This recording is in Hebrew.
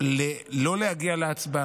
לא להגיע להצבעה.